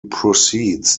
proceeds